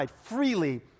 freely